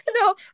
No